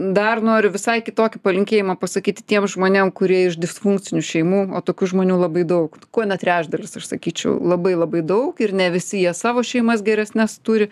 dar noriu visai kitokį palinkėjimą pasakyti tiem žmonėm kurie iš disfunkcinių šeimų o tokių žmonių labai daug kone trečdalis aš sakyčiau labai labai daug ir ne visi jie savo šeimas geresnes turi